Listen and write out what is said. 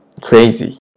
crazy